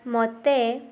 ମୋତେ